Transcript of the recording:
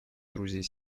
друзей